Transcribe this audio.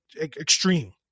Extreme